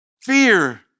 Fear